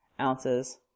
ounces